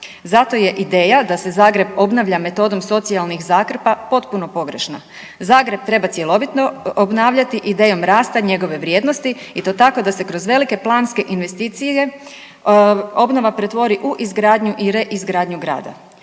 Zato je ideja da se Zagreb obnavlja modelom socijalnih zakrpa u temelju pogrešna. Trebalo ga je cjelovito obnavljati idejom rasta njegove vrijednosti tako da se kroz velike planske investicijske projekte obnova zapravo pretvori u izgradnju i reizgradnju grada.